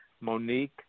Monique